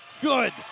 Good